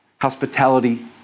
hospitality